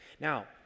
Now